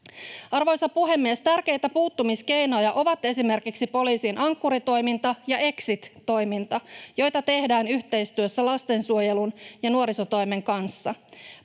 Arvoisa puhemies! Tärkeitä puuttumiskeinoja ovat esimerkiksi poliisin Ankkuri-toiminta ja exit-toiminta, joita tehdään yhteistyössä lastensuojelun ja nuorisotoimen kanssa.